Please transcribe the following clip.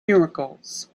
miracles